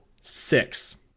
Six